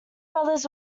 brothers